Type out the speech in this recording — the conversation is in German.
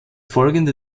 folgende